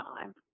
time